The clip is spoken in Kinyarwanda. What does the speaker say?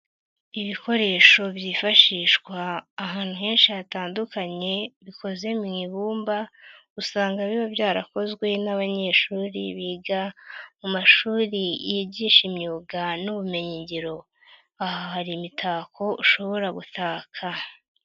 Ibikoresho byifashishwa ahantu henshi hatandukanye bikoze mu ibumba usanga biba byarakozwe n'abanyeshuri biga mu mashuri yigisha imyuga n'ubumenyigiro, aha hari imitako ushobora gutaka.